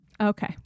Okay